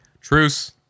truce